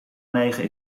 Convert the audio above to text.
negen